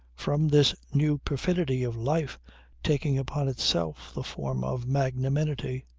from this new perfidy of life taking upon itself the form of magnanimity.